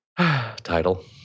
Title